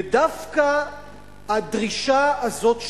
ודווקא הדרישה הזאת שלהם,